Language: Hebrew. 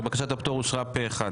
בקשת הפטור אושרה פה אחד.